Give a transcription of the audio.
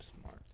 smart